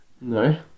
No